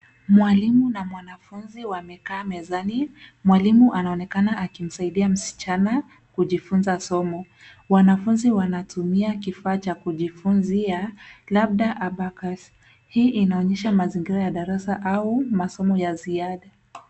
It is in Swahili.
Mwalimu na mwanafunzi wamekaa mezani. Mwalimu anaonekana akimsaidia msichana kujifunza somo. Wanafunzi wanatumia kifaa cha kujifunzia labda abacus . Hii inaonyesha mazingira ya darasa au masomo ya ziada.